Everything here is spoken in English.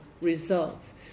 Results